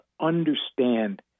understand